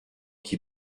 qui